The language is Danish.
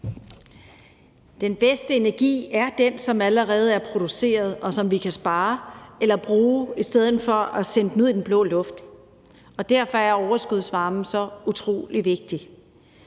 Den bedste energi er den, som allerede er produceret, og som vi kan spare eller bruge i stedet for at sende den ud i den blå luft, og derfor er overskudsvarmen så utrolig vigtig.